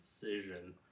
decision